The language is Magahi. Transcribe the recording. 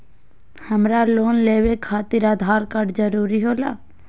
हमरा लोन लेवे खातिर आधार कार्ड जरूरी होला?